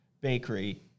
bakery